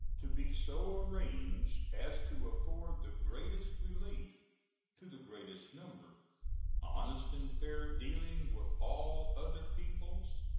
to be so arranged as to afford the greatest relief to the greatest number honest and fair dealings with all other peoples,